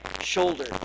shoulder